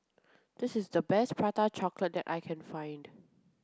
this is the best prata chocolate that I can find